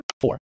four